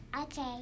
Okay